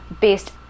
based